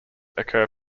occur